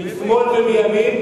באמת.